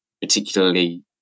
particularly